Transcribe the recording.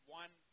one